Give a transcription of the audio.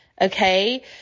okay